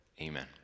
Amen